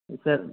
சரி